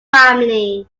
family